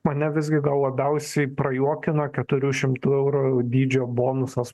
mane visgi gal labiausiai prajuokino keturių šimtų eurų dydžio bonusas